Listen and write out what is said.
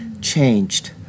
changed